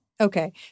Okay